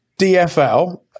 DFL